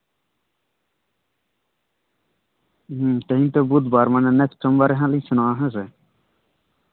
ᱛᱮᱦᱮᱧ ᱛᱚ ᱵᱩᱫ ᱵᱟᱨ ᱢᱟᱱᱮ ᱱᱮᱠᱥᱴ ᱥᱳᱢ ᱵᱟᱨ ᱨᱮᱦᱟᱸᱜ ᱞᱤᱧ ᱥᱮᱱᱚᱜᱼᱟ ᱦᱮᱸᱥᱮ